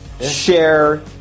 share